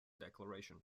declaration